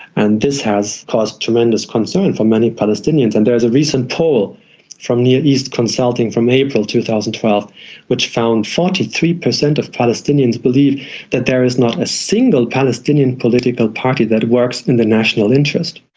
and this has caused tremendous concern for many palestinians. and there's a recent poll from near east consulting from april two thousand and twelve which found forty three per cent of palestinians believe that there is not a single palestinian political party that works in the national interest.